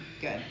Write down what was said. good